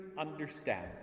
understand